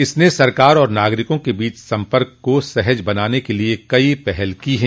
इसने सरकार और नागरिकों के बीच संपर्क को सहज बनाने के लिए कई पहल की हैं